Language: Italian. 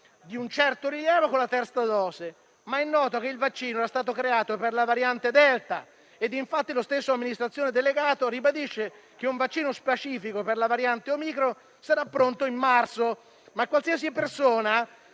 di un certo rilievo con la terza dose. È noto, però, che il vaccino è stato creato per la variante Delta e lo stesso amministratore delegato ribadisce che un vaccino specifico per la variante Omicron sarà pronto in marzo. Qualsiasi persona